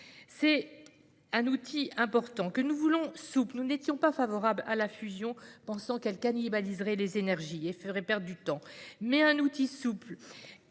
Cet outil important, nous le voulons souple- nous n'étions pas favorables à la fusion, pensant qu'elle cannibaliserait les énergies et ferait perdre du temps. Il permettra de